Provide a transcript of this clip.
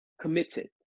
committed